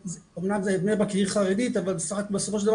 אמנם בני ברק היא עיר חרדית אבל בסופו של דבר